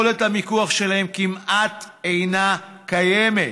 יכולת המיקוח שלהם כמעט אינה קיימת.